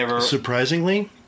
Surprisingly